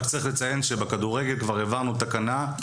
רק צריך לציין שבכדורגל כבר העברנו תקנה,